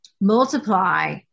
multiply